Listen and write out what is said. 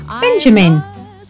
Benjamin